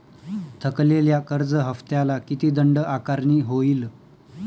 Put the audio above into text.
थकलेल्या कर्ज हफ्त्याला किती दंड आकारणी होईल?